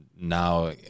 now